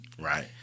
Right